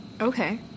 Okay